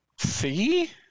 See